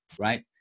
right